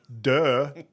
Duh